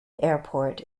airport